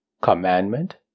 Commandment